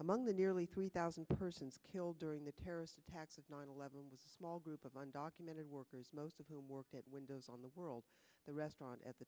among the nearly three thousand persons killed during the terrorist attacks of nine eleven was small group of undocumented workers most of whom worked at windows on the world the restaurant at the